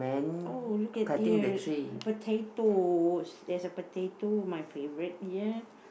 oh look at here the potatoes there's a potato my favorite ya